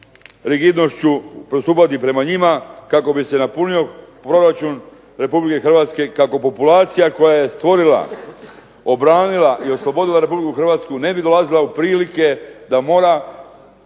rigidnošću postupati prema njima kako bi se napunio proračun Republike Hrvatske, kako populacija koja stvorila, obranila i oslobodila Republiku Hrvatsku ne bi dolazila u prilike da mora